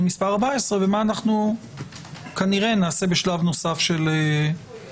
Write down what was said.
מס' 14 ומה כנראה נעשה בשלב נוסף של חקיקה.